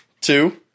two